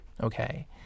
okay